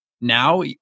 Now